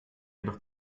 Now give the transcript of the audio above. jedoch